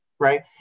Right